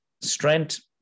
strength